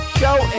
show